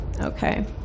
Okay